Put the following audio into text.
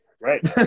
Right